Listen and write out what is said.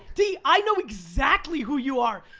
dee, i know exactly who you are!